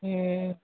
हूँ